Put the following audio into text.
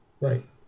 Right